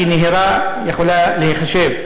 כי נהירה יכולה להיחשב,